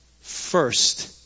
first